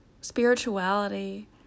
spirituality